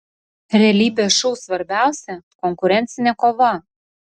realybės šou svarbiausia konkurencinė kova